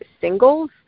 singles